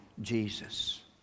Jesus